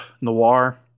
Noir